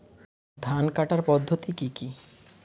ধান কাটার পদ্ধতি কি কি?